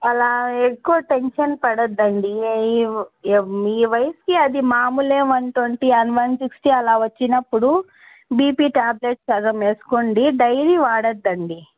అలా ఎక్కువ టెన్షన్ పడద్దండి ఈ ఈ వయసుకి అది మామూలు one twenty and one sixty అలా వచ్చినప్పుడు బీపీ ట్యాబ్లెట్ సగం వేసుకోండి డైలీ వాడద్దండి